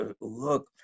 Look